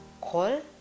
call